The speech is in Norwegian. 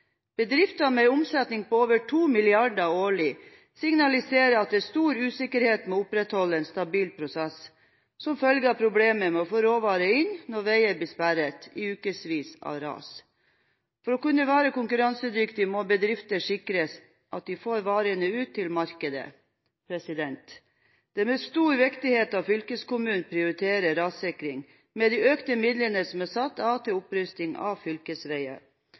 Bedrifter med en omsetning på over 2 mrd. kr årlig signaliserer at det er stor usikkerhet med å opprettholde en stabil prosess som følge av problemer med å få råvarer inn når veier blir sperret i ukesvis av ras. For å kunne være konkurransedyktig må bedrifter sikres at de får varene ut til markedet. Det er svært viktig at fylkeskommunen prioriterer rassikring med de økte midlene som er satt av til opprustning av fylkesveier.